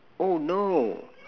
oh no